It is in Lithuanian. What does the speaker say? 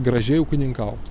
gražiai ūkininkaut